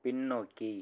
பின்னோக்கி